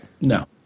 No